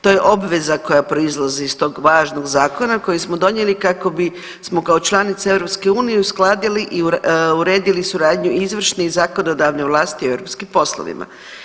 To je obveza koja proizlazi iz tog važnog zakona koji smo donijeli kako bismo kao članica EU uskladili i uredili suradnju izvršne i zakonodavne vlasti u europskim poslovima.